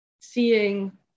seeing